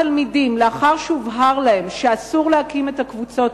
תלמידים שלאחר שהובהר להם שאסור להקים את הקבוצות